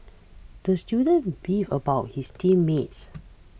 the student beefed about his team mates